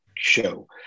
show